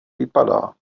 vypadá